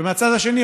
ומהצד השני,